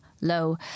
low